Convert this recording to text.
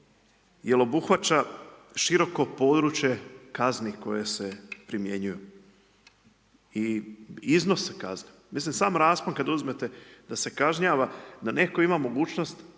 jer obuhvaća široko područje kazni koje se primjenjuju. I iznose kazne. Mislim sam raspon kad uzmete da se kažnjava da netko ima mogućnost